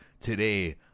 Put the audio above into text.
Today